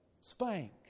spank